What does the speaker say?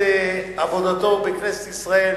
במסגרת עבודתו בכנסת ישראל,